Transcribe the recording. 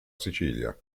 sicilia